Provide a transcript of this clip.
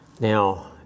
Now